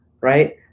right